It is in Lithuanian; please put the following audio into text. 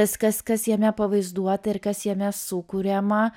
viskas kas jame pavaizduota ir kas jame sukuriama